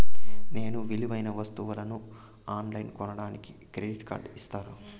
నేను విలువైన వస్తువులను ఆన్ లైన్లో కొనడానికి క్రెడిట్ కార్డు ఇస్తారా?